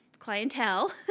clientele